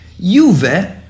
Juve